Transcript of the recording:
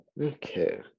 okay